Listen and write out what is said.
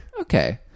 Okay